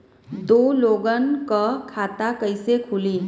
दो लोगक खाता कइसे खुल्ला?